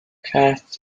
cats